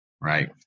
right